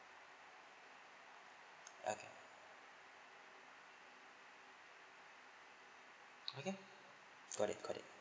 okay okay got it got it